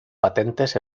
patentes